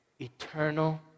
eternal